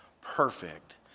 perfect